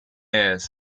ears